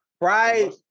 Right